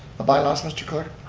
but bylaws mr. clerk.